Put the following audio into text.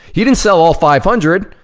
he didn't sell all five hundred,